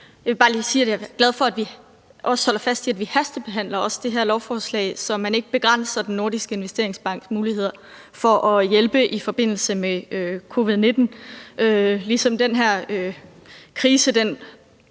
jeg er glad for, at vi holder fast i, at vi hastebehandler også det her lovforslag, så man ikke begrænser Den Nordiske Investeringsbanks muligheder for at hjælpe i forbindelse med covid-19. Ligesom den her krise på